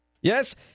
Yes